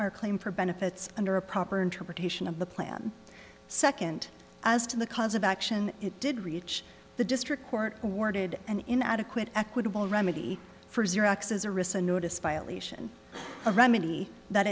our claim for benefits under a proper interpretation of the plan second as to the cause of action it did reach the district court awarded an inadequate equitable remedy for